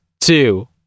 two